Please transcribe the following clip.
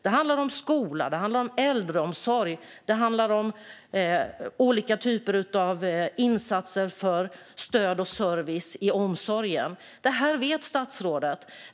Det handlar om skola, äldreomsorg och olika typer av insatser för stöd och service i omsorgen. Detta vet statsrådet.